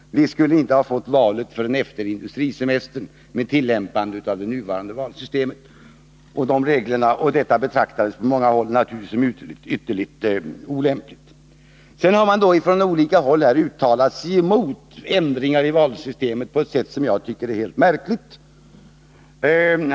Vi skulle inte ha fått valet förrän efter industrisemestern med tillämpande av nuvarande valsystem, och detta betraktades naturligtvis på många håll som ytterligt olämpligt. Sedan har man från olika håll uttalat sig emot ändringar i valsystemet på ett sätt som jag tycker är helt märkligt.